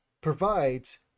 provides